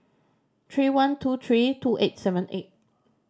three one two three two eight seven eight